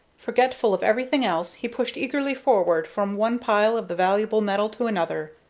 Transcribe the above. forgetful of everything else, he pushed eagerly forward from one pile of the valuable metal to another,